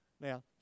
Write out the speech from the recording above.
Now